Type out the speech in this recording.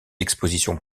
expositions